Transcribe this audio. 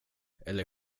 eller